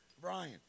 Brian